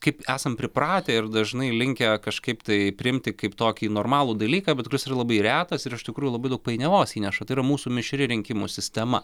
kaip esam pripratę ir dažnai linkę kažkaip tai priimti kaip tokį normalų dalyką bet kuris yra labai retas ir iš tikrųjų labai daug painiavos įneša tai yra mūsų mišri rinkimų sistema